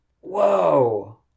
Whoa